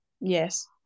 Yes